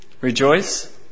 Rejoice